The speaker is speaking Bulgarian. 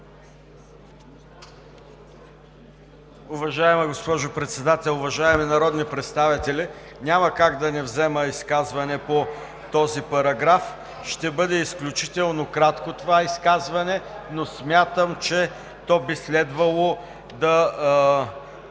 Уважаема госпожо Председател, уважаеми народни представители! Няма как да не взема изказване по този параграф. Ще бъде изключително кратко това изказване, но смятам, че то би следвало да